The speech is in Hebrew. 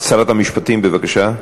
שרת המשפטים, בבקשה.